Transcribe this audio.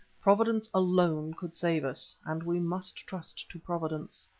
providence alone could save us, and we must trust to providence.